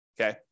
okay